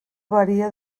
varia